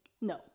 No